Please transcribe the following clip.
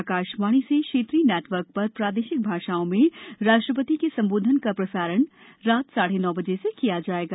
आकाशवाणी से क्षेत्रीय नेटवर्क पर प्रादेशिक भाषाओं में राष्ट्रपति के संबोधन का प्रसारण रात साढे नौ बजे से किया जाएगा